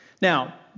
Now